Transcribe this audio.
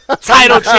Title